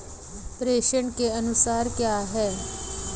प्रेषण के नुकसान क्या हैं?